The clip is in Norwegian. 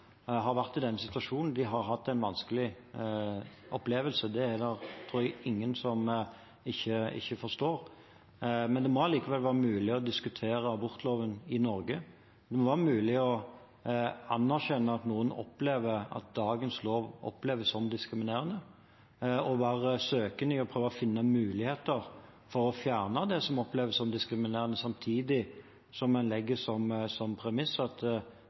har vært i den situasjonen, har hatt en vanskelig opplevelse. Det er det ingen som ikke forstår. Men det må allikevel være mulig å diskutere abortloven i Norge. Det må være mulig å anerkjenne at noen opplever dagens lov som diskriminerende, at man kan være søkende i å prøve å finne muligheter for å fjerne det som oppleves som diskriminerende, samtidig som en legger som premiss at